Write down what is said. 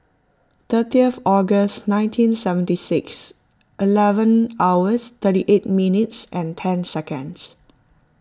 thirtieth August nineteen seventy six eleven hours thirty eight minutes and ten seconds